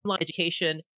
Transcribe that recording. education